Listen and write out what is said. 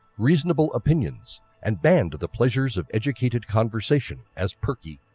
reasonable opinions and banned the pleasures of educated conversation as perky.